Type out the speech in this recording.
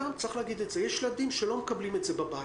יש ילדים שלא מקבלים את זה בבית.